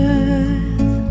earth